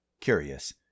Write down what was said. curious